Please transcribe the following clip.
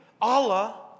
Allah